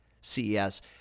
CES